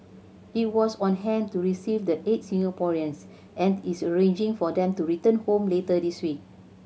it was on hand to receive the eight Singaporeans and is arranging for them to return home later this week